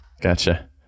Gotcha